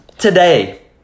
today